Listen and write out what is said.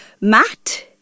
Matt